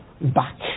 back